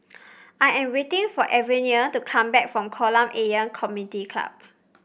I am waiting for Averie to come back from Kolam Ayer Community Club